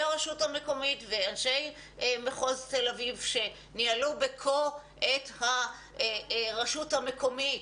רשות המקומית ואנשי מחוז תל אביב שניהלו בקוֹ את הרשות המקומית,